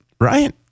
right